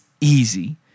easy